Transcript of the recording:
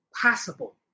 possible